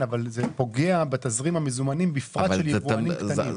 אבל זה פוגע בתזרים המזומנים בפרט של יבואנים קטנים.